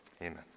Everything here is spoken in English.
Amen